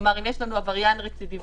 כלומר, אם יש לנו עבריין רצידיוויסט,